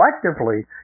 collectively